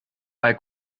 bei